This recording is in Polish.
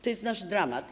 To jest nasz dramat.